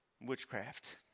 witchcraft